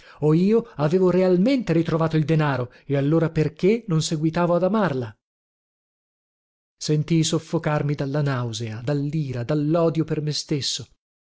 o io avevo realmente ritrovato il denaro e allora perché non seguitavo ad amarla sentii soffocarmi dalla nausea dallira dallodio per me stesso